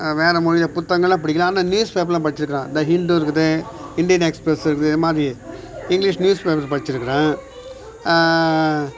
வேறு மொழியில புத்தங்களை படிக்கலாம் ஆனால் நியூஸ்பேப்பர்லாம் படிச்சிக்கிறேன் த ஹிண்டு இருக்குது இண்டியன் எக்ஸ்பிரஸ் இருக்குது மாதிரி இங்கிலீஷ் நியூஸ்பேப்பர் படிச்சிருக்கிறேன்